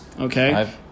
okay